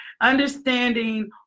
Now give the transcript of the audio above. understanding